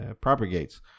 propagates